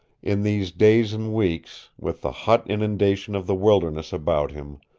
in these days and weeks, with the hot inundation of the wilderness about him,